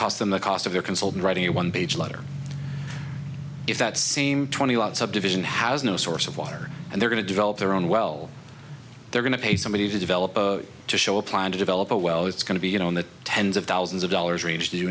cost and the cost of their consultant writing a one page letter if that same twenty lot subdivision has no source of water and they're going to develop their own well they're going to pay somebody to develop to show a plan to develop a well it's going to be you know in the tens of thousands of dollars range